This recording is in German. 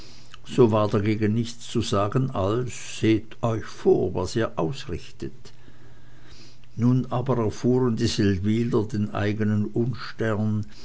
so war hiegegen nichts zu sagen als seht euch vor was ihr ausrichtet nun aber erfuhren die seldwyler den eigenen unstern